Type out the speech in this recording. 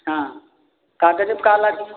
हाँ का कहे का लागिहो